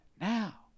now